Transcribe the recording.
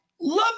love